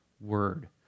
word